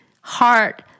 heart